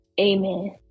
Amen